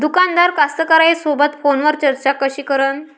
दुकानदार कास्तकाराइसोबत फोनवर चर्चा कशी करन?